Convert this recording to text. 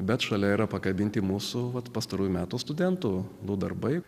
bet šalia yra pakabinti mūsų vat pastarųjų metų studentų darbai